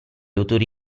autori